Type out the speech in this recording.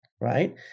right